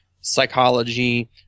psychology